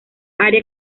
área